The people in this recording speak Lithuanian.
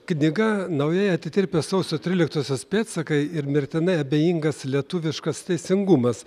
knyga naujai atitirpę sausio tryliktosios pėdsakai ir mirtinai abejingas lietuviškas teisingumas